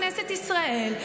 כנסת ישראל,